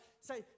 say